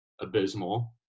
abysmal